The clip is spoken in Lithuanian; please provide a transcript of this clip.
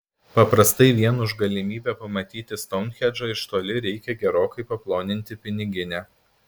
paprastai vien už galimybę pamatyti stounhendžą iš toli reikia gerokai paploninti piniginę